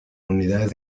unidades